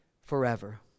forever